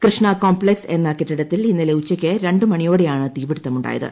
Krishna complex എന്ന കെട്ടിടത്തിൽ ഇന്നലെ ഉച്ചയ്ക്ക് രണ്ടു മണിയോടെയാണ് തീപിടിത്തം ഉണ്ടായത്